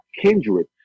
kindred